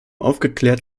aufgeklärt